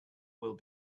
will